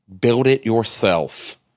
build-it-yourself